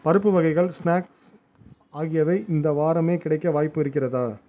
பருப்பு வகைகள் ஸ்நாக்ஸ் ஆகியவை இந்த வாரமே கிடைக்க வாய்ப்பு இருக்கிறதா